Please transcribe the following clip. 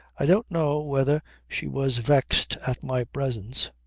i don't know whether she was vexed at my presence.